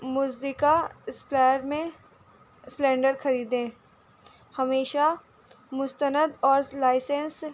مصدقہ supplier میں cylinder خریدیں ہمیشہ مستند اور لائسنس